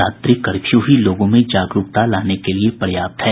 रात्रि कर्फ्यू ही लोगों में जागरूकता लाने के लिए पर्याप्त है